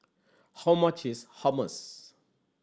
how much is Hummus